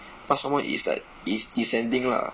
somemore is like it is descending lah